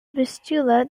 vistula